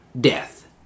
death